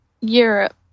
Europe